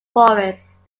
forest